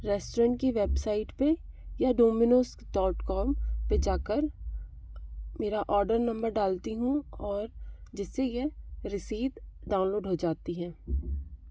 restaurant की website पे या डोमिनोज डॉट कॉम पे जाकर मेरा आर्डर नंबर डालती हूँ जिससे यह रसीद डाउनलोड हो जाती है